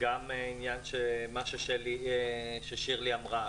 גם העניין ששירלי אמרה,